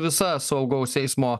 visa saugaus eismo